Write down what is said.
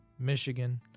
Michigan